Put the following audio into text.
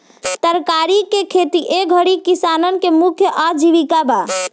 तरकारी के खेती ए घरी किसानन के मुख्य आजीविका बा